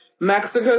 Mexico